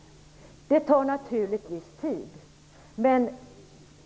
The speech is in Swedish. Det tar naturligtvis tid.